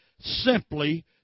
simply